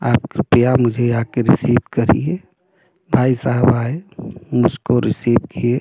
आप कृपया मुझे आ कर रिसीव करिए भाई साहब आए मुझको रिसीव किए